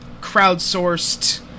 crowdsourced